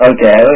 Okay